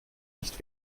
nicht